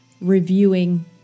reviewing